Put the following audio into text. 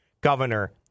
Governor